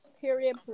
Period